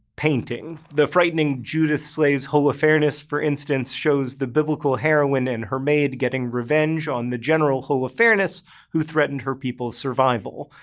painting. the frightening judith slaying holofernes for instance shows the biblical heroine and her maid getting revenge on the general holofernes who threatened her people's people's survival.